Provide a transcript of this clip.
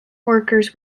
workers